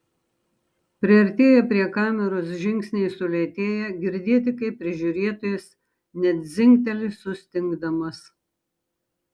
priartėję prie kameros žingsniai sulėtėja girdėti kaip prižiūrėtojas net dzingteli sustingdamas